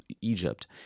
egypt